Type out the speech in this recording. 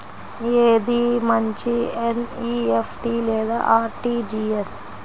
ఏది మంచి ఎన్.ఈ.ఎఫ్.టీ లేదా అర్.టీ.జీ.ఎస్?